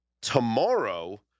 Tomorrow